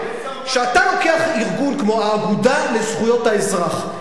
כשאתה לוקח ארגון כמו האגודה לזכויות האזרח,